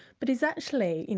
but is actually, you know